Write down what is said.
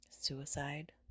suicide